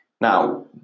Now